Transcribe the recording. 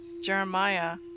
Jeremiah